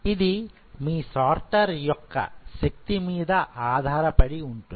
ఇది మీ సార్టర్ యొక్క శక్తి మీద ఆధారపడి వుంటుంది